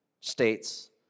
states